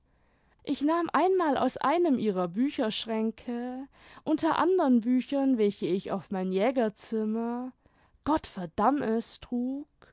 ich nahm einmal aus einem ihrer bücherschränke unter andern büchern welche ich auf mein jägerzimmer gott verdamm es trug